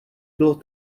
bylo